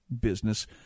business